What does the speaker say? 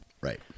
Right